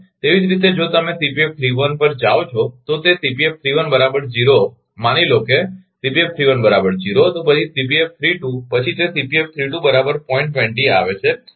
તેવી જ રીતે જો તમે તે પર જાઓ છો તે માની લો તો પછી તે આવે છે